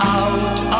out